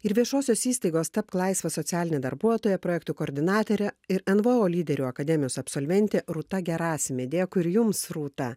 ir viešosios įstaigos tapk laisvas socialinė darbuotoja projektų koordinatorė ir nvo lyderių akademijos absolventė rūta gerasimė dėkui ir jums rūta